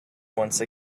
once